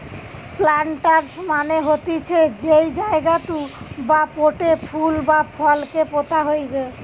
planters মানে হতিছে যেই জায়গাতু বা পোটে ফুল বা ফল কে পোতা হইবে